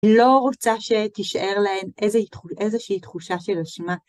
לא רוצה שתישאר להן איזושהי תחושה של אשמה.